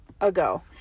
ago